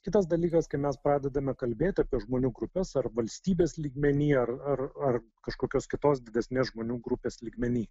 kitas dalykas kai mes pradedame kalbėti apie žmonių grupes ar valstybės lygmenyje ar ar ar kažkokios kitos didesnės žmonių grupės lygmeny